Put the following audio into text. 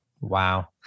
Wow